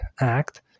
act